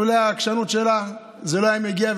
לולי העקשנות שלה זה לא היה מגיע,